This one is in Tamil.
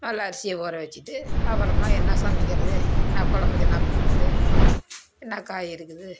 நல்லா அரிசியை ஊற வெச்சுட்டு அப்புறமா என்ன சமைக்கிறது என்ன கொழம்புக்கு என்ன பண்ணுறது என்ன காய் இருக்குது